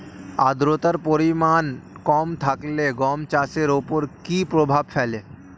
আদ্রতার পরিমাণ কম থাকলে গম চাষের ওপর কী প্রভাব ফেলে?